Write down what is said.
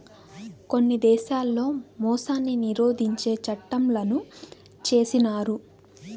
కొన్ని దేశాల్లో మోసాన్ని నిరోధించే చట్టంలను చేసినారు